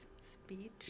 speech